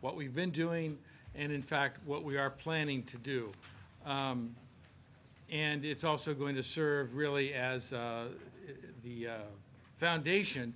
what we've been doing and in fact what we are planning to do and it's also going to serve really as the foundation